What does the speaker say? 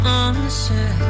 answer